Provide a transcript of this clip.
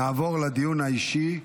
נעבור לדיון האישי.